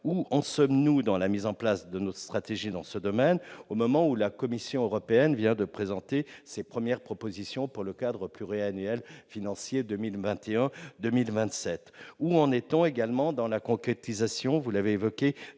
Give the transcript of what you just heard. Où en sommes-nous dans la mise en place de notre stratégie dans ce domaine au moment où la Commission européenne vient de présenter ses premières propositions pour le cadre pluriannuel financier 2021-2027 ? Où en est-on également dans la concrétisation, vous l'avez évoqué,